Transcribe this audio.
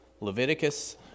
Leviticus